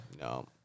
no